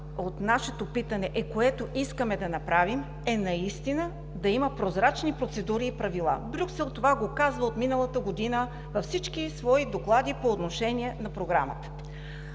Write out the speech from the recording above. от нашето питане, което искаме да направим, е наистина да има прозрачни процедури и правила. Брюксел го казва от миналата година във всички свои доклади по отношение на Програмата,